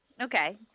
Okay